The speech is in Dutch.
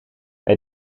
bij